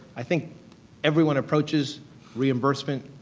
i think everyone approaches reimbursement.